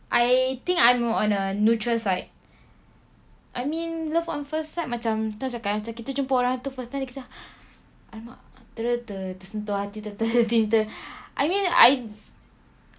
I think I'm on a neutral side I mean love on first sight macam macam mana nak cakap eh kita jumpa orang tu first time then kejar I'm not terus tersentuh hati terus jatuh cinta I mean I